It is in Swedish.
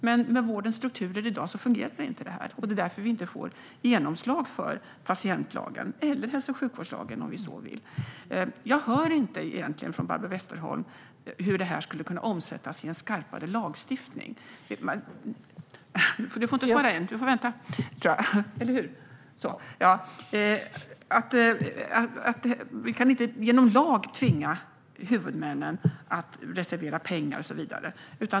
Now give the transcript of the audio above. Men med vårdens strukturer i dag fungerar inte det här, och det är därför vi inte får genomslag för patientlagen eller hälso och sjukvårdslagen om vi så vill. Jag har inte hört från Barbro Westerholm hur detta skulle kunna omsättas i en skarpare lagstiftning. Vi kan inte genom lag tvinga huvudmännen att reservera pengar och så vidare.